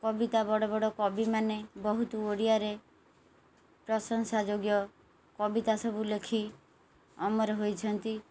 କବିତା ବଡ଼ ବଡ଼ କବି ମାନେ ବହୁତ ଓଡ଼ିଆରେ ପ୍ରଶଂସା ଯୋଗ୍ୟ କବିତା ସବୁ ଲେଖି ଅମର ହୋଇଛନ୍ତି